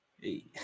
Hey